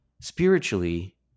spiritually